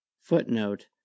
footnote